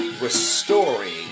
restoring